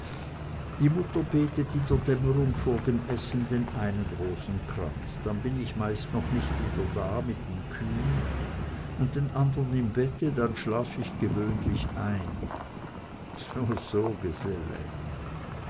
die mutter betet in der dämmerung vor dem essen den einen rosenkranz dann bin ich meist noch nicht wieder da mit den kühen und den andern im bette dann schlaf ich gewöhnlich ein so so geselle